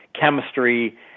chemistry